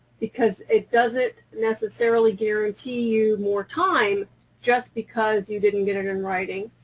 because it doesn't necessarily guarantee you more time just because you didn't get it in writing,